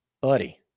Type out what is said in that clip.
buddy